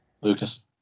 Lucas